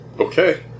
Okay